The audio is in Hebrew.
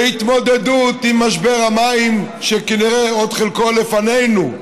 להתמודדות עם משבר המים, שכנראה חלקו עוד לפנינו,